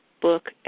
Book